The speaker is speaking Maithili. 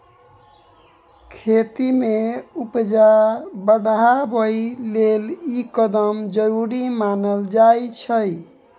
खेती में उपजा बढ़ाबइ लेल ई कदम जरूरी मानल जाइ छै